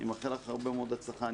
אני מאחל לך הרבה מאוד בהצלחה.